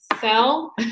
sell